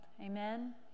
Amen